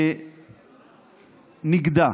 נגדע.